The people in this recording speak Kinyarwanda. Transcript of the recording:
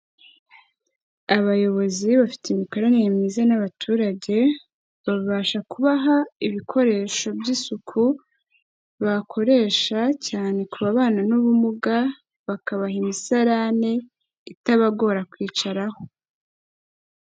Abayobozi bafite imikoranire myiza n'abaturage, babasha kubaha ibikoresho by'isuku, bakoresha cyane kubabana n'ubumuga, bakabaha imisarane itabagora kwicaraho.